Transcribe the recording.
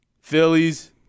Phillies